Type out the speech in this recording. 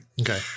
Okay